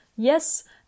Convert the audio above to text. Yes